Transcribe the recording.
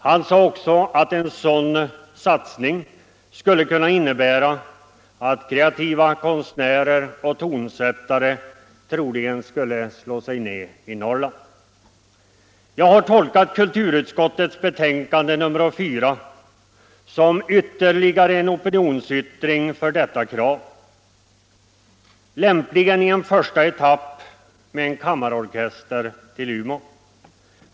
Han sade också att en sådan satsning skulle innebära att kreativa konstnärer och tonsättare troligen skulle slå sig ned i Norrland. Jag har tolkat kulturutskottets betänkande nr 4 som ytterligare en opinionsyttring för detta krav, lämpligen i en första etapp med en kammarorkester till Umeå.